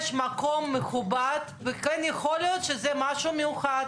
שזה עובד הכי מה שנקרא רגיל בכל הפירמידה,